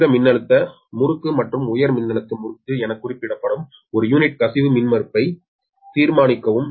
குறைந்த மின்னழுத்த முறுக்கு மற்றும் உயர் மின்னழுத்த முறுக்கு என குறிப்பிடப்படும் ஒரு யூனிட் கசிவு மின்மறுப்பை தீர்மானிக்கவும்